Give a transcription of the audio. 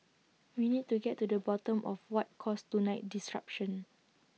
we need to get to the bottom of what caused tonight's disruption